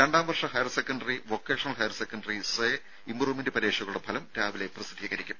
രും രണ്ടാം വർഷ higher secondary vocational higher secondary say improvement പരീക്ഷകളുടെ ഫലം രാവിലെ പ്രസിദ്ധീകരിക്കും